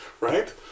right